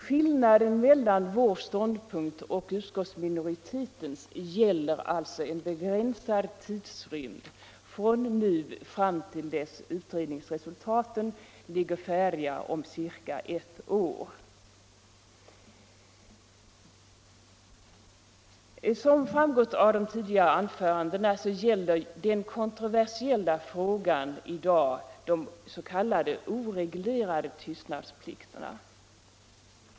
Skillnaden mellan vår ståndpunkt och utskottsminoritetens gäller alltså en begränsad tidsrymd från nu fram till dess utredningsresultaten ligger färdiga om ca ett år. Som framgått av de tidigare anförandena gäller den kontroversiella frågan i dag de s.k. oreglerade tystnadsplikterna.